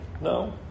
No